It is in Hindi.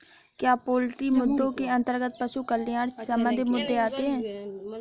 क्या पोल्ट्री मुद्दों के अंतर्गत पशु कल्याण से संबंधित मुद्दे आते हैं?